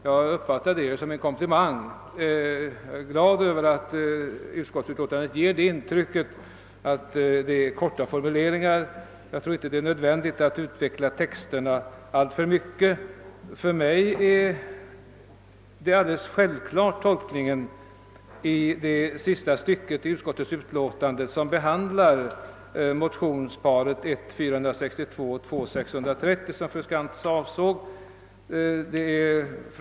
Detta uppfattar jag emellertid som en komplimang och är glad över att utlåtandet ger intryck av att det rör sig om korta formuleringar. Jag tror inte att det är nödvändigt att göra skrivningen alltför fyllig. För mig är tolkningen av det sista stycket i utlåtandet alldeles självklar — där behandlas alltså motionsparet I: 462 och IT: 630 som fru Skantz avsåg.